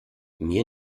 mir